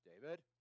David